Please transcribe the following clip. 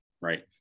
Right